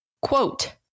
Quote